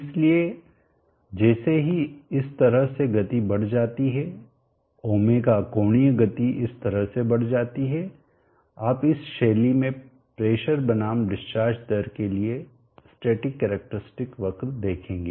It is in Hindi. इसलिए जैसे ही इस तरह से गति बढ़ जाती है ω कोणीय गति इस तरह से बढ़ जाती है आप इस शैली में प्रेशर बनाम डिस्चार्ज दर के लिए स्टैटिक कैरेक्टरिस्टिक वक्र देखेंगे